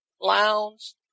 lounge